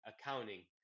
accounting